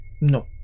No